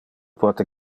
pote